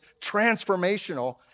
transformational